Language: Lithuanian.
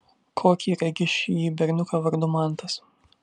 kokį regi šįjį berniuką vardu mantas